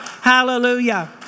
Hallelujah